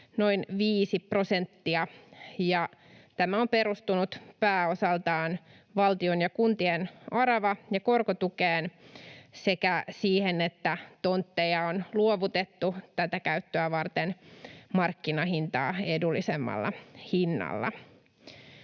noin 5 prosenttia, ja tämä on perustunut pääosaltaan valtion ja kuntien arava- ja korkotukeen sekä siihen, että tontteja on luovutettu tätä käyttöä varten markkinahintaa edullisemmalla hinnalla.